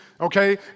okay